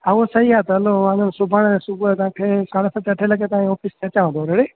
हा उहो सही आहे त हलो वञो सुभाणे सुबुह जो तव्हांखे सते अठे लॻे ताईं ऑफिस ते अचांव थो रैडी